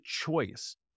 choice